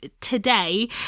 today